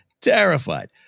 terrified